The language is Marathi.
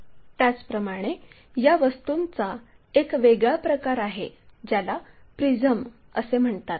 त्याचप्रमाणे या वस्तूंचा एक वेगळा प्रकार आहे ज्याला प्रिझम असे म्हणतात